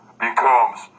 becomes